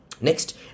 Next